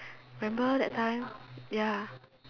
remember that time ya